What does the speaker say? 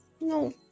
No